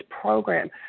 program